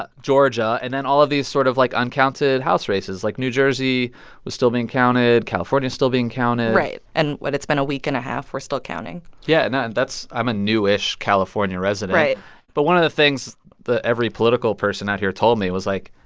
georgia and then all of these sort of, like, uncounted house races. like, new jersey was still being counted. california's still being counted right. and what? it's been a week and a half. we're still counting yeah. and yeah and that's i'm a new-ish california resident. right but one of the things that every political person out here told me was like,